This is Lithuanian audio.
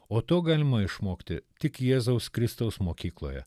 o to galima išmokti tik jėzaus kristaus mokykloje